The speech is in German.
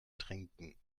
trinken